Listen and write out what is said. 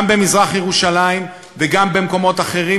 גם במזרח-ירושלים וגם במקומות אחרים,